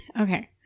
Okay